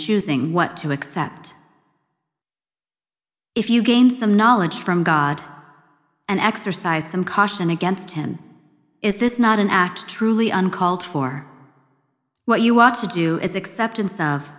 choosing what to accept if you gain some knowledge from god and exercise some caution against him is this not an act truly uncalled for what you want to do is acceptance of